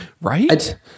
Right